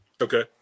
Okay